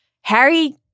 Harry—